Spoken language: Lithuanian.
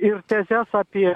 ir tezes apie